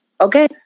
okay